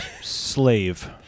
Slave